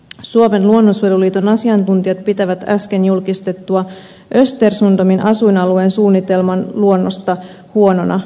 suomen luonnonsuojeluliiton asiantuntijat pitävät äsken julkistettua östersundomin asuinalueen suunnitelman luonnosta huonona